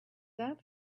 that